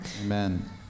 Amen